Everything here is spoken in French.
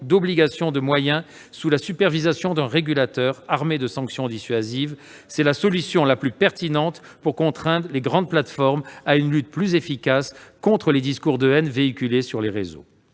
d'obligations de moyens sous la supervision d'un régulateur habilité à prononcer des sanctions dissuasives. C'est la solution la plus pertinente pour contraindre les grandes plateformes à une lutte plus efficace contre les discours de haine véhiculés sur les réseaux.